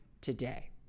today